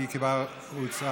כי היא כבר הוצעה,